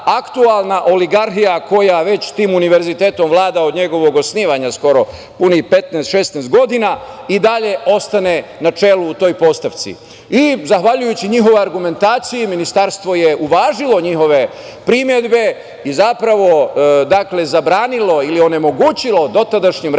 oligarhija koja već tim univerzitetom vlada od njegovog osnivanja skoro, punih 15-16 godina, i dalje ostane na čelu u toj postavci. Zahvaljujući njihovoj argumentaciji, Ministarstvo je uvažilo njihove primedbe i zapravo zabranilo ili onemogućilo dotadašnjem rektoru